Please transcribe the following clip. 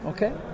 Okay